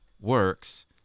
works